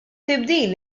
tibdil